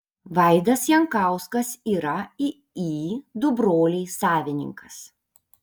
vaidas jankauskas yra iį du broliai savininkas